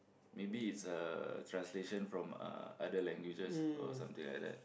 maybe it's a translation from uh other languages or something like that